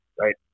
right